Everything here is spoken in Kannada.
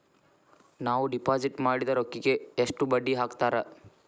ನಾವು ಡಿಪಾಸಿಟ್ ಮಾಡಿದ ರೊಕ್ಕಿಗೆ ಎಷ್ಟು ಬಡ್ಡಿ ಹಾಕ್ತಾರಾ?